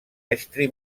estri